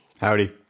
Howdy